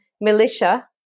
militia